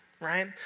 right